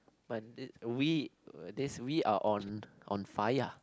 mon eh we this we are on on fire